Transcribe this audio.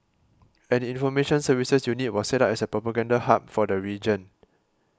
an information services unit was set up as a propaganda hub for the region